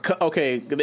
okay